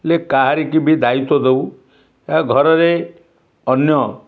ହେଲେ କାହାରିକି ବି ଦାୟିତ୍ୱ ଦଉ ଏହା ଘରରେ ଅନ୍ୟ